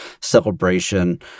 celebration